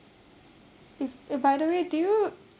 if eh by the way do you